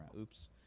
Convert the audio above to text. Oops